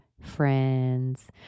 friends